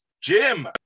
jim